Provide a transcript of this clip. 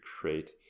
create